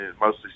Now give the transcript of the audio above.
mostly